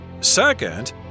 Second